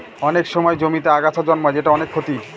অনেক সময় জমিতে আগাছা জন্মায় যেটা অনেক ক্ষতির